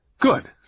Good